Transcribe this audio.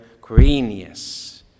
Quirinius